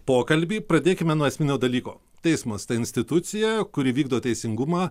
pokalbį pradėkime nuo esminio dalyko teismas tai institucija kuri vykdo teisingumą